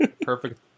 Perfect